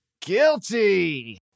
guilty